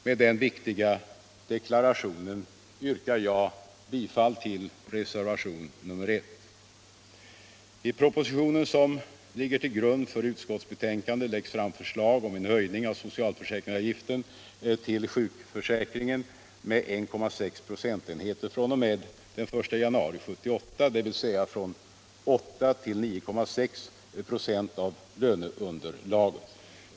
Med den viktiga deklarationen yrkar jag bifall till reservationen 1. I propositionen som ligger till grund för utskottsbetänkandet läggs fram förslag or: en höjning av socialförsäkringsavgiften till sjukförsäkringen med 1,6 procentenheter fr.o.m. den 1 januari 1978, dvs. från 8 till 9,6 926 av löneunderlaget.